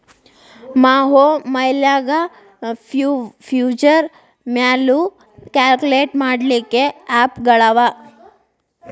ಮಒಬೈಲ್ನ್ಯಾಗ್ future value calculate ಮಾಡ್ಲಿಕ್ಕೆ app ಗಳವ